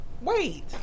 wait